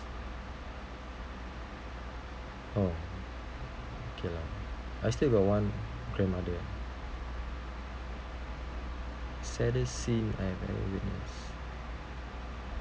oh okay lah I still got one grandmother saddest scene I have ever witness